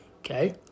okay